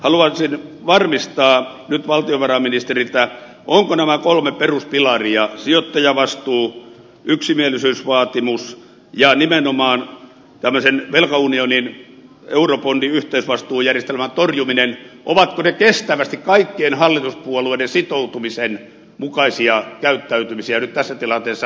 haluaisin varmistaa nyt valtiovarainministeriltä ovatko nämä kolme peruspilaria sijoittajavastuu yksimielisyysvaatimus ja nimenomaan tämmöisen velkaunionin eurobondiyhteisvastuujärjestelmän torjuminen kestävästi kaik kien hallituspuolueiden sitoutumisen mukaisia käyttäytymisiä nyt tässä tilanteessa